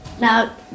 Now